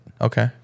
Okay